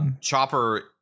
Chopper